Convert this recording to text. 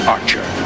Archer